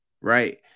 Right